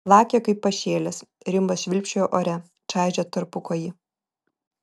plakė kaip pašėlęs rimbas švilpčiojo ore čaižė tarpukojį